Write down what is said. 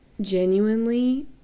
genuinely